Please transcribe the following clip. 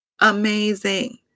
amazing